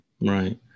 right